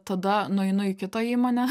tada nueinu į kitą įmonę